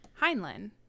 Heinlein